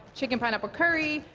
chicken pineapple curry.